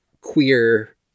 queer